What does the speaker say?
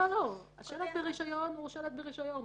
שלט ברישיון הוא שלט ברישיון.